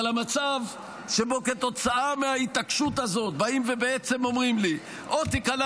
אבל המצב שבו כתוצאה מההתעקשות הזאת באים ובעצם אומרים לי: או תיכנע